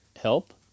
help